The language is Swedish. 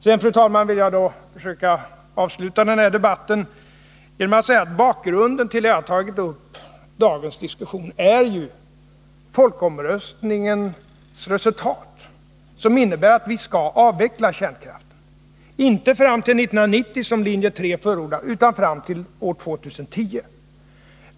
Sedan, fru talman, vill jag försöka avsluta debatten genom att säga att 19 bakgrunden till det jag har tagit upp i dagens diskussion är folkomröstningens resultat, som innebär att vi skall avveckla kärnkraften, inte fram till 1990 som linje 3 förordat utan fram till år 2010.